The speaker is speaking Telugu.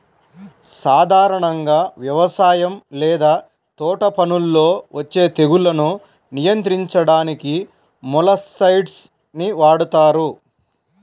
సాధారణంగా వ్యవసాయం లేదా తోటపనుల్లో వచ్చే తెగుళ్లను నియంత్రించడానికి మొలస్సైడ్స్ ని వాడుతారు